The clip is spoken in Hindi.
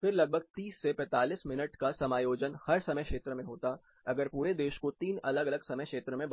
फिर लगभग 30 से 45 मिनट का समायोजन हर समय क्षेत्र में होता अगर पूरे देश को तीन अलग अलग समय क्षेत्र में बांटे